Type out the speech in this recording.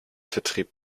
vertrieb